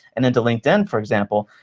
and then to linkedin, for example,